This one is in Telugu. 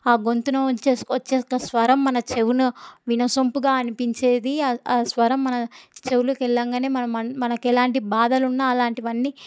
ఆ గొంతును వచ్చే స్వరం మన చెవిన వినసొంపుగా అనిపించేది ఆ స్వరం మన చెవిలోకి వెళ్ళగానే మనం మనకు ఎలాంటి బాధలు ఉన్నా అలాంటివన్నీ